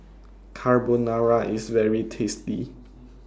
Carbonara IS very tasty